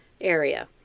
area